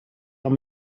are